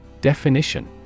Definition